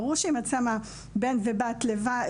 ברור שאם את שמה בן ובת לבד,